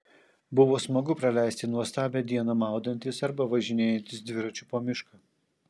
buvo smagu praleisti nuostabią dieną maudantis arba važinėjantis dviračiu po mišką